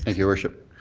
your worship.